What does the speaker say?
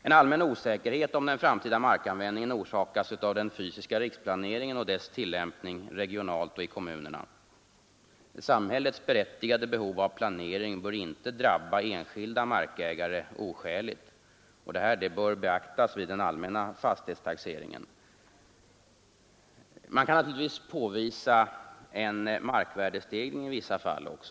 En allmän osäkerhet om den framtida markanvändningen orsakas av den fysiska riksplaneringen och dess tillämpning regionalt och i kommunerna. Samhällets berättigade behov av planering bör inte drabba enskilda markägare oskäligt. Detta bör beaktas vid den allmänna fastighetstaxeringen. Man kan naturligtvis påvisa en markvärdestegring också i vissa fall.